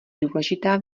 důležitá